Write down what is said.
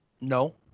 No